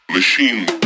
machine